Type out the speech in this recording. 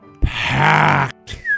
packed